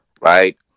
right